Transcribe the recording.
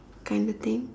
kinda thing